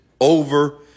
over